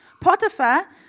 Potiphar